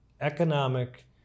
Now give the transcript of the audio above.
economic